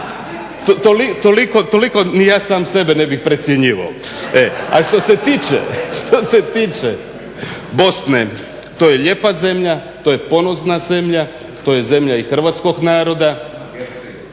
toliko ni ja sam sebe ne bih precjenjivao. /Smijeh./ Ali što se tiče Bosne, to je lijepa zemlja, to je ponosna zemlja, to je zemlja i hrvatskog naroda,